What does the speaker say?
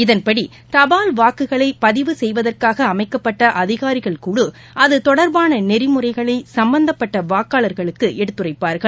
இதன்படி தபால்வாக்குகளைபதிவு செய்வதற்காகஅமைக்கப்பட்டஅதிகாரிகள் குழு அதுதொடர்பானநெறி முறைகளைசம்பந்தப்பட்டவாக்காளர்குளுக்குஎடுத்துரைப்பார்கள்